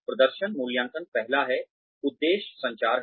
प्रदर्शन मूल्यांकन पहला है उद्देश्य संचार है